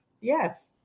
Yes